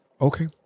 Okay